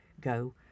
go